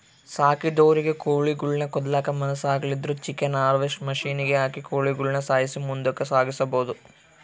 ಸಾಕಿದೊರಿಗೆ ಕೋಳಿಗುಳ್ನ ಕೊಲ್ಲಕ ಮನಸಾಗ್ಲಿಲ್ಲುದ್ರ ಚಿಕನ್ ಹಾರ್ವೆಸ್ಟ್ರ್ ಮಷಿನಿಗೆ ಹಾಕಿ ಕೋಳಿಗುಳ್ನ ಸಾಯ್ಸಿ ಮುಂದುಕ ಸಾಗಿಸಬೊದು